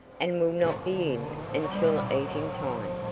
and will not be in until eating time,